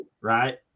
right